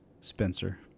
Spencer